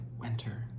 winter